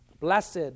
Blessed